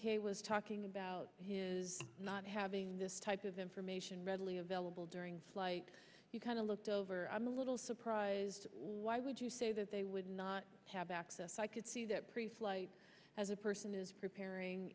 kay was talking about his not having this type of information readily available during flight you kind of looked over i'm a little surprised why would you say that they would not have access i could see that preflight as a person is preparing